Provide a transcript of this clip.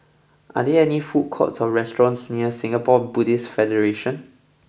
are there food courts or restaurants near Singapore Buddhist Federation